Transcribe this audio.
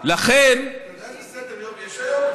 לכן, יובל, אתה יודע איזה סדר-יום יש היום?